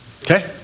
Okay